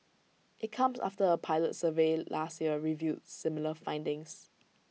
IT comes after A pilot survey last year revealed similar findings